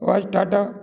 और आज टाटा